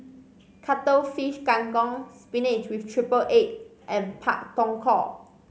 Cuttlefish Kang Kong spinach with triple egg and Pak Thong Ko